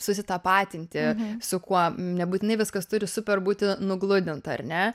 susitapatinti su kuo nebūtinai viskas turi super būti nugludinta ar ne